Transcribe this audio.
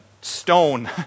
stone